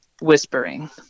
whispering